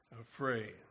afraid